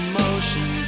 motion